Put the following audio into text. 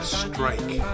strike